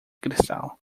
cristal